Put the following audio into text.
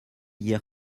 hier